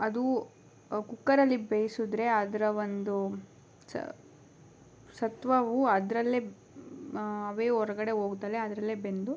ಅದು ಕುಕ್ಕರಲ್ಲಿ ಬೇಯಿಸಿದ್ರೆ ಅದರ ಒಂದು ಸ ಸತ್ವವು ಅದರಲ್ಲೇ ಹಬೆ ಹೊರಗಡೆ ಹೋಗದಲೇ ಅದರಲ್ಲೇ ಬೆಂದು